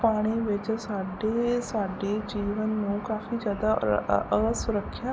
ਪਾਣੀ ਵਿੱਚ ਸਾਡੇ ਸਾਡੇ ਜੀਵਨ ਨੂੰ ਕਾਫੀ ਜ਼ਿਆਦਾ ਅਸੁਰੱਖਿਆ